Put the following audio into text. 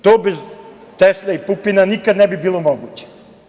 To bez Tesle i Pupina nikad ne bi bilo moguće.